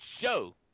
show